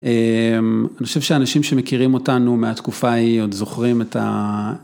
אני חושב שאנשים שמכירים אותנו מהתקופה ההיא עוד זוכרים את ה...